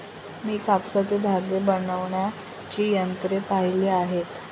मी कापसाचे धागे बनवण्याची यंत्रे पाहिली आहेत